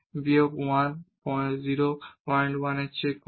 বিয়োগ 1 01 এর চেয়ে কম